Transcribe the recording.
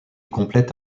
complète